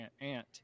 aunt